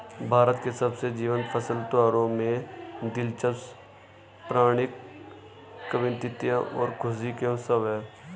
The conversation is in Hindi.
भारत के सबसे जीवंत फसल त्योहारों में दिलचस्प पौराणिक किंवदंतियां और खुशी के उत्सव है